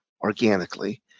organically